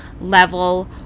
level